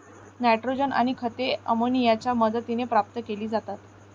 nitrogen आणि खते अमोनियाच्या मदतीने प्राप्त केली जातात